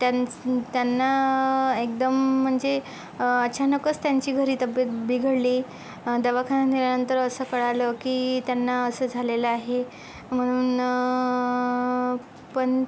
त्यांच त्यांना एकदम म्हणजे अचानकस त्यांची घरी तब्येत बिघडली दवाखान्यात नेल्यानंतर असं कळालं की त्यांना असं झालेलं आहे म्हणून पण